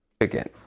again